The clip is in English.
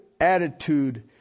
attitude